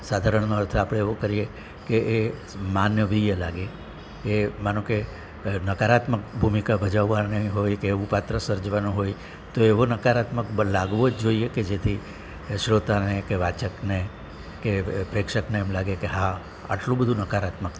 સાધરણનો અર્થ આપણે એવો કરીએ કે એ માનવીય લાગે એ માનો કે નકારાત્મક ભૂમિકા ભજવવાની હોય કે એવું પાત્ર સર્જવાનું હોય તો એવો નકારાત્મક લાગવો જ જોઈએ કે જેથી શ્રોતાને કે વાચકને કે પ્રેક્ષકને એમ લાગે કે હા આટલું બધું નકારત્મકતા